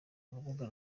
rubuga